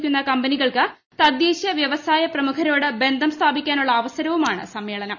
ഇന്ത്യയിൽ നിക്ഷേപം കമ്പനികൾക്ക് തദ്ദേശീയവ്യവസായ പ്രമുഖരോട് ബന്ധം സ്ഥാപിക്കാനുള്ള അവസരവുമാണ് സമ്മേളനം